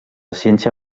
ciència